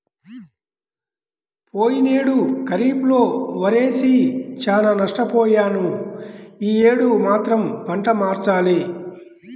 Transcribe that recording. పోయినేడు ఖరీఫ్ లో వరేసి చానా నష్టపొయ్యాను యీ యేడు మాత్రం పంట మార్చాలి